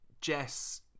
Jess